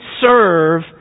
serve